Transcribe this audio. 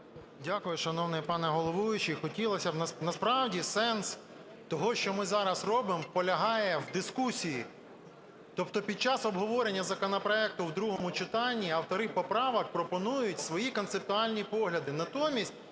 Дякую шановний пане головуючий. Хотілося б… насправді сенс того, що ми зараз робимо, полягає в дискусії. Тобто під час обговорення законопроекту в другому читанні автори поправок пропонують свої концептуальні погляди.